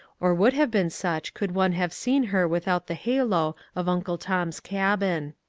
or would have been such could one have seen her without the halo of uncle tom's cabin.